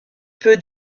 peu